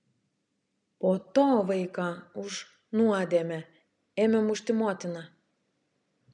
po to vaiką už nuodėmę ėmė mušti motina